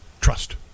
Trust